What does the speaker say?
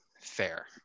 fair